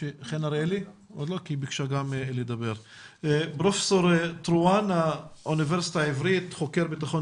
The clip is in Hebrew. אבל אם רשויות הרווחה בתוך היישוב